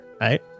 right